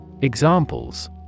Examples